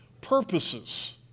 purposes